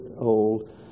old